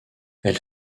elle